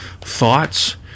thoughts